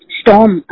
storm